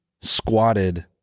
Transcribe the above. squatted